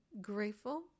grateful